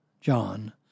John